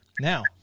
Now